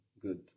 Good